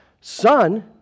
Son